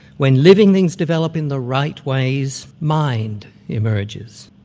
when living things develop in the right ways, mind emerges.